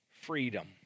freedom